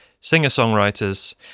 singer-songwriters